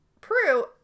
Prue